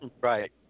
Right